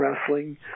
wrestling